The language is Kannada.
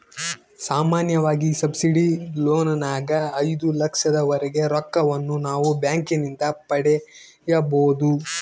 ಸಾಮಾನ್ಯವಾಗಿ ಸಬ್ಸಿಡಿ ಲೋನಿನಗ ಐದು ಲಕ್ಷದವರೆಗೆ ರೊಕ್ಕವನ್ನು ನಾವು ಬ್ಯಾಂಕಿನಿಂದ ಪಡೆಯಬೊದು